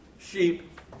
sheep